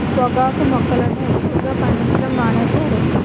పొగాకు మొక్కలను ఎక్కువగా పండించడం మానేశారు